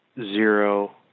zero